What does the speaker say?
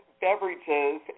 beverages